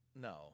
No